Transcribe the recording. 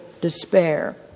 despair